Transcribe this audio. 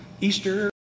Easter